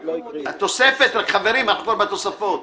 --- חברים, אנחנו כבר בתוספות.